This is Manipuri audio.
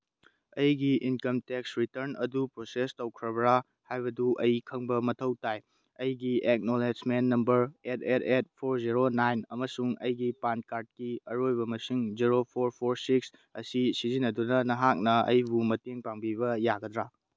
ꯑꯩꯒꯤ ꯏꯟꯀꯝ ꯇꯦꯛꯁ ꯔꯤꯇꯔꯟ ꯑꯗꯨ ꯄ꯭ꯔꯣꯁꯦꯁ ꯇꯧꯈ꯭ꯔꯕ꯭ꯔꯥ ꯍꯥꯏꯕꯗꯨ ꯑꯩ ꯈꯪꯕ ꯃꯊꯧ ꯇꯥꯏ ꯑꯩꯒꯤ acknowledgement number eight eight eight four zero nine ꯑꯃꯁꯨꯡ ꯑꯩꯒꯤ ꯄꯥꯟ ꯀꯥꯔꯠꯀꯤ ꯑꯔꯣꯏꯕ ꯃꯁꯤꯡ ꯖꯦꯔꯣ ꯐꯣꯔ ꯐꯣꯔ ꯁꯤꯛꯁ ꯑꯁꯤ ꯁꯤꯖꯤꯟꯅꯗꯨꯅ ꯅꯍꯥꯛꯅ ꯑꯩꯕꯨ ꯃꯇꯦꯡ ꯄꯥꯡꯕꯤꯕ ꯌꯥꯒꯗ꯭ꯔꯥ